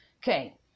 Okay